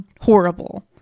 horrible